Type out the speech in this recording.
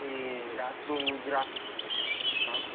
એ રાતનું રા હં